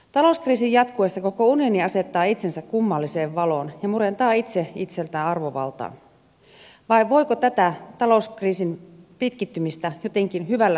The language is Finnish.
talouskriisin jatkuessa koko unioni asettaa itsensä kummalliseen valoon ja murentaa itse itseltään arvovaltaa vai voiko tätä talouskriisin pitkittymistä jotenkin hyvällä syyllä perustella